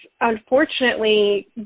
unfortunately